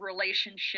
relationship